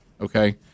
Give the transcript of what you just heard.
Okay